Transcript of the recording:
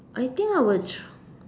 I think I would ch~